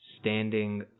standing